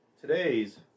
today's